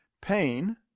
Pain